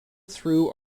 through